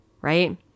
right